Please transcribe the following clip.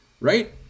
right